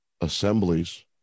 assemblies